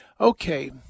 Okay